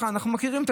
אנחנו מכירים את